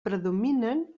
predominen